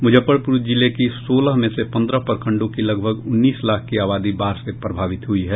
मुजफ्फरपुर जिले की सोलह में से पन्द्रह प्रखंडों की लगभग उन्नीस लाख की आबादी बाढ़ से प्रभावित हुई है